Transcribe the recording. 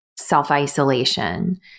self-isolation